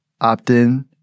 opt-in